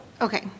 Okay